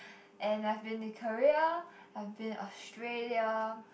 and I've been to Korea I've been Australia